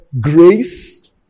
grace